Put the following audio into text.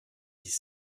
dix